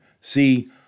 See